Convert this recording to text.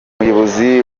ubuyobozi